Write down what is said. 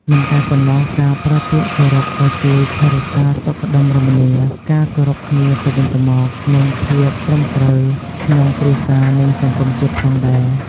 មិនតែប៉ុណ្ណោះ ការប្រើពាក្យគោរពក៏ជួយថែរក្សាសុខដុមរមនា ការគោរពគ្នាទៅវិញទៅមក និងភាពត្រឹមត្រូវក្នុងគ្រួសារនិងសង្គមជាតិផងដែរ។